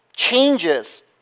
changes